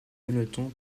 bonneton